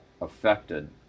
affected